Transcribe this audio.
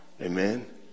Amen